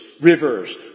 rivers